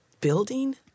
Building